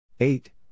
Eight